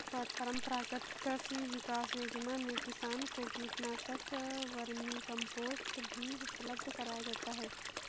परम्परागत कृषि विकास योजना में किसान को कीटनाशक, वर्मीकम्पोस्ट भी उपलब्ध कराया जाता है